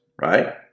right